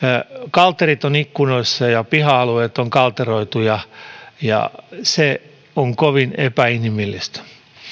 kalterit ovat ikkunoissa ja piha alueet on kalteroitu ja ja se on kovin epäinhimillistä